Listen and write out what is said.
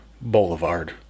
Boulevard